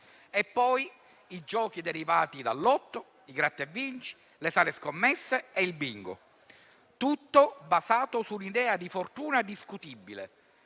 e poi i giochi derivati dal lotto, i «gratta e vinci», le sale scommesse e il bingo: tutto basato su un'idea di fortuna discutibile,